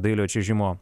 dailiojo čiuožimo